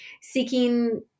seeking